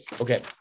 okay